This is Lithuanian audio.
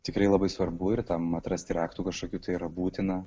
tikrai labai svarbu ir tam atrasti raktų kažkokių tai yra būtina